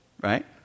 right